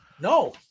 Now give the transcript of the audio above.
No